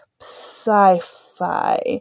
sci-fi